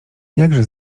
jakże